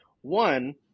One